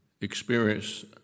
experience